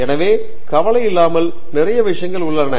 எனவே கவலையில்லாமல் நிறைய விஷயங்கள் உள்ளன